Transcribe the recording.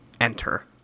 Enter